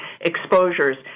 exposures